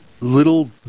little